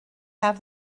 have